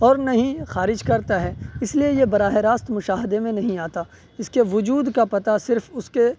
اور نہ ہی خارج کرتا ہے اس لیے یہ براہ راست مشاہدے میں نہیں آتا اس کے وجود کا پتا صرف اس کے